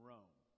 Rome